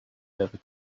never